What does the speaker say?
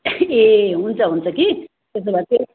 ए हुन्छ हुन्छ कि त्यसो भए त्यही